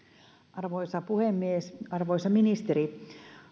arvoisa puhemies arvoisa ministeri